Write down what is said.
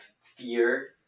fear